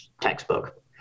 textbook